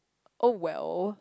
oh well